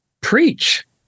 preach